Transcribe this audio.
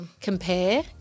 compare